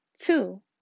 Two